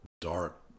dark